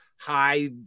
high